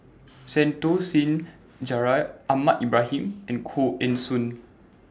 Santokh Singh Grewal Ahmad Ibrahim and Koh Eng Hoon